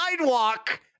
sidewalk